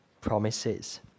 promises